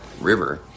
River